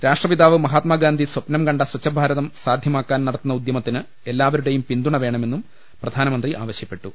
രാഷ്ട്രപിതാവ് മഹാത്മാഗാന്ധി സ്വപ്നംകണ്ട സ്വച്ഛഭാരതം സാധ്യമാക്കാൻ നടത്തുന്ന ഉദ്യമത്തിന് എല്ലാവരുടെയും പിന്തുണ വേണമെന്നും പ്രധാനമന്ത്രി ആവശ്യപ്പെട്ടു